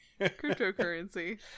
cryptocurrency